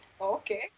okay